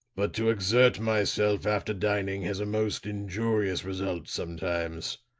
but to exert myself after dining has a most injurious result sometimes.